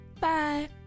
Bye